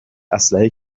اسلحه